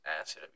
acid